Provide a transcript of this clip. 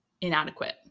inadequate